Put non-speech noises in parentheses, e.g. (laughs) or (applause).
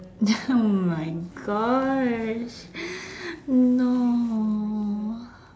(laughs) oh my gosh no